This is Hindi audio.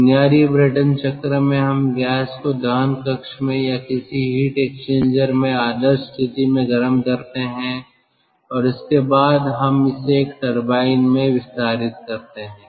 बुनियादी ब्रेटन चक्र में हम गैस को दहन कक्ष में या किसी हीट एक्सचेंजर में आदर्श स्थिति में गर्म करते हैं और उसके बाद हम इसे एक टरबाइन में विस्तारित करते हैं